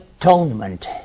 Atonement